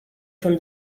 from